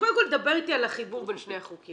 קודם כל, דבר אתי על החיבור בין שני החוקים.